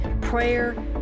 prayer